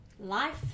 life